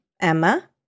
Emma